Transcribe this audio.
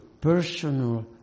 personal